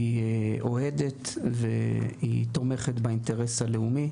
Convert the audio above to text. היא אוהדת והיא תומכת באינטרס הלאומי,